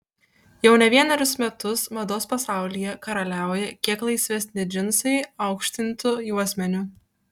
jau ne vienerius metus mados pasaulyje karaliauja kiek laisvesni džinsai aukštintu juosmeniu